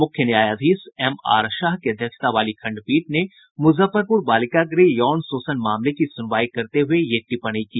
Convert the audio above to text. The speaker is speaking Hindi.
मुख्य न्यायाधीश एमआर शाह की अध्यक्षता वाली खंडपीठ ने मुजफ्फरपुर बालिका गृह यौन शोषण मामले की सुनवाई करते हुये यह टिप्पणी की